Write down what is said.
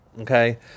Okay